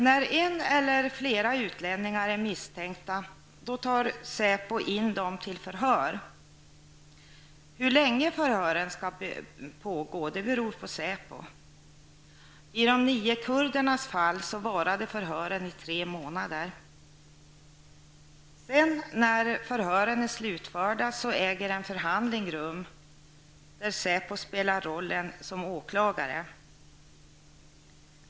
När en eller flera utlänningar är misstänkta tar SÄPO in dem till förhör. Hur länge förhören skall pågå beror på SÄPO. I de nio kurdernas fall varade förhören i tre månader. När förhören är slutförda skall en förhandling där SÄPO har rollen som åklagare äga rum.